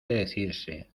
decirse